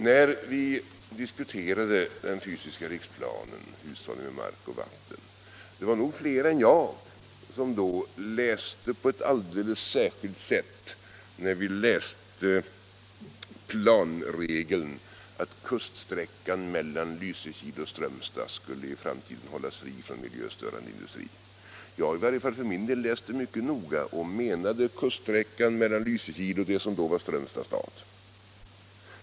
När vi diskuterade betänkandet om den fysiska riksplanen, Hushållning med mark och vatten, var det nog flera än jag som på ett alldeles särskilt sätt läste planregeln att kuststräckan mellan Lysekil och Strömstad i framtiden skulle hållas fri från miljöstörande industri. Jag läste den i varje fall för min del mycket noga och kom fram till att man menade kuststräckan mellan Lysekil och det som då var staden Strömstad.